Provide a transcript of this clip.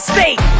State